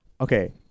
Okay